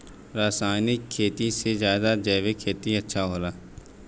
रासायनिक खेती से ज्यादा जैविक खेती अच्छा होला